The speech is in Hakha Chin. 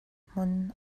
hmun